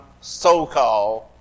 so-called